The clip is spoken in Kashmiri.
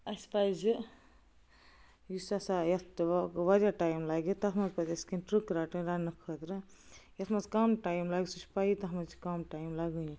اسہ پٔزِ یُس ہسا یتھ واریاہ ٹایم لگہِ تتھ منٛز پٔزِ اسہِ کیٚنٛہہ ٹٕرٛک رٹٕنۍ رننہٕ خٲطرٕ یتھ منٛز کم ٹایم لگہِ سُہ چھِ پیی تٛتھ منٛز چھُ کم ٹایم لگٲنی